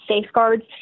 safeguards